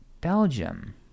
belgium